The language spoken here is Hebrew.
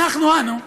אנחנו-אנו,